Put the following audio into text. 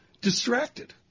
distracted